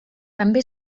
també